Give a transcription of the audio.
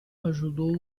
ajudou